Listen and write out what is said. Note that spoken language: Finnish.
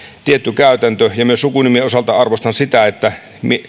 tietty käytäntö ja myös sukunimen osalta arvostan sitä että